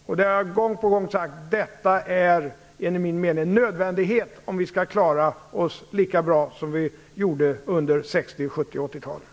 Gång på gång har jag sagt att detta är enligt min mening en nödvändighet om vi skall klara oss lika bra som vi gjorde under 60-, 70 och 80-talen.